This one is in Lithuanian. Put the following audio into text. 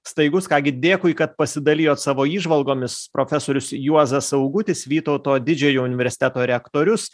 staigus ką gi dėkui kad pasidalijot savo įžvalgomis profesorius juozas augutis vytauto didžiojo universiteto rektorius